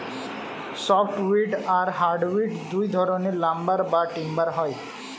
soft wood আর hard wood দুই ধরনের লাম্বার বা টিম্বার হয়